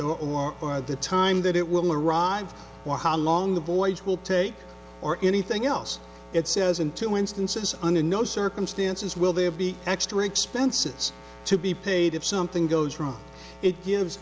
are the time that it will arrive or how long the voyage will take or anything else it says in two instances under no circumstances will there be extra expenses to be paid if something goes wrong it gives